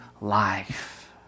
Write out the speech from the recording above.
life